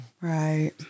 right